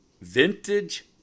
Vintage